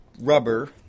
rubber